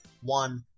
one